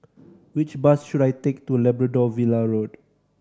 which bus should I take to Labrador Villa Road